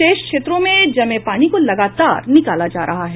शेष क्षेत्रों में जमे पानी को लगातार निकाला जा रहा है